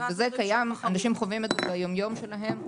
אנשים חווים את זה ביום-יום שלהם.